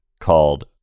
called